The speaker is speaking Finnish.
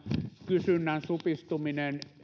kysynnän supistuminen